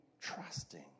trusting